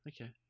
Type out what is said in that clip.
okay